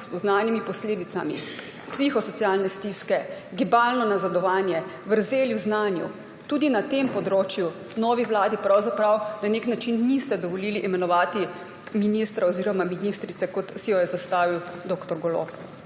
s poznanimi posledicami – psihosocialne stiske, gibalno nazadovanje, vrzeli v znanju. Tudi na tem področju novi vladi na nek način niste dovolili imenovati ministra oziroma ministrice, kot si jo je zastavil dr. Golob.